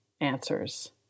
answers